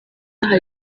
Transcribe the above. hari